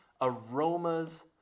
aromas